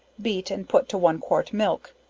beat and put to one quart milk,